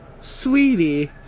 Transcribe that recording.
Sweetie